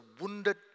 wounded